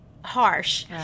harsh